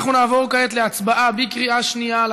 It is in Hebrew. אנחנו נעבור כעת להצבעה בקריאה שנייה על